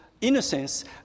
innocence